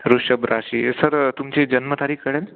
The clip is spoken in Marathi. वृषभ राशी सर तुमची जन्मतारीख कळेल